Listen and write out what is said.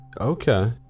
Okay